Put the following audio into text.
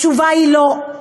התשובה היא לא.